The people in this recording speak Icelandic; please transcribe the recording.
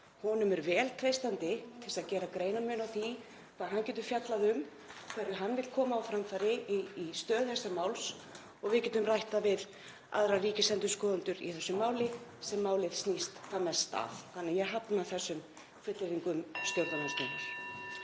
Honum er vel treystandi til þess að gera greinarmun á því hvað hann getur fjallað um, hverju hann vill koma á framfæri um stöðu þessa máls og við getum rætt það við aðra ríkisendurskoðendur í þessu máli sem málið snýr hvað mest að. Þannig að ég hafna þessum fullyrðingum stjórnarandstöðunnar.